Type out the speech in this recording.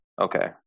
okay